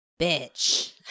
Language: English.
bitch